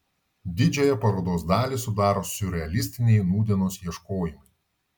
didžiąją parodos dalį sudaro siurrealistiniai nūdienos ieškojimai